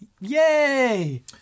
yay